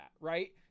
Right